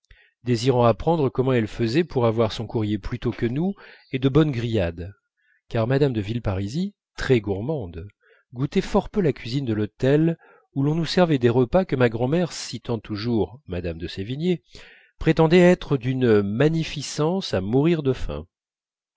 désirant apprendre comment elle faisait pour avoir son courrier plus tôt que nous et de bonnes grillades car mme de villeparisis très gourmande goûtait fort peu la cuisine de l'hôtel où l'on nous servait des repas que ma grand'mère citant toujours mme de sévigné prétendait être d'une magnificence à mourir de faim